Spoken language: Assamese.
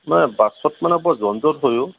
মানে বাছত মানে বৰ যন জত হয় অ'